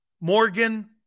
Morgan